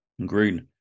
Agreed